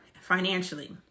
financially